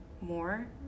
more